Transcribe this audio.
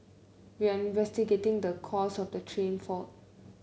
we are investigating the cause of the train fault